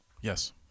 Yes